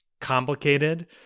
complicated